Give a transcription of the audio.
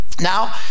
Now